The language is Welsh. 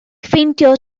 ffeindio